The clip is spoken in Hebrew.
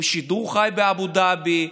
עם שידור חי באבו דאבי,